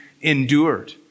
endured